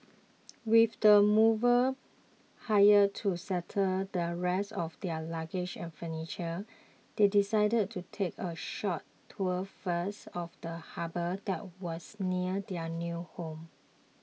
with the movers hired to settle the rest of their luggage and furniture they decided to take a short tour first of the harbour that was near their new home